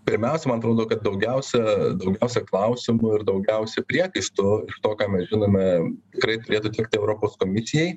pirmiausia man atrodo kad daugiausia daugiausia klausimų ir daugiausia priekaištų to ką mes žinome tikrai turėtų tekti europos komisijai